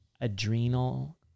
adrenal